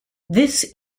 this